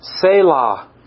Selah